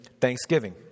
thanksgiving